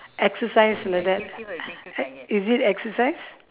exercise like that e~ is it exercise